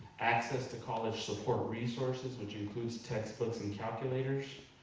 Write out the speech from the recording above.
access to college support resources, which includes textbooks and calculators.